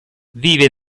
vive